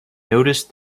noticed